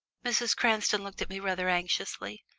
mrs. cranston looked at me rather anxiously.